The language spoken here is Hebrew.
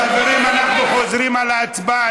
חברים, אנחנו חוזרים על ההצבעה.